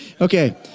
Okay